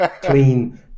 clean